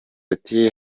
ati